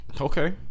Okay